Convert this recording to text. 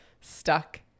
stuck